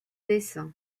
dessin